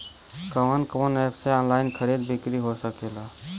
कवन कवन एप से ऑनलाइन खरीद बिक्री हो सकेला?